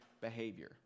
behavior